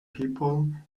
people